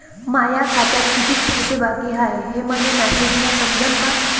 माया खात्यात कितीक पैसे बाकी हाय हे मले मॅसेजन समजनं का?